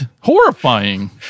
Horrifying